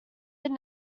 have